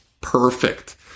Perfect